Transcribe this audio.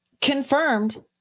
confirmed